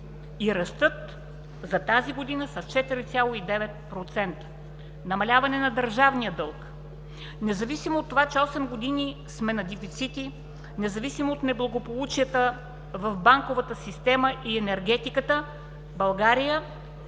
и растат за тази година с 4,9%. Намаляване на държавния дълг. Независимо от това, че осем години сме на дефицити, независимо от неблагополучията в банковата система и енергетиката, България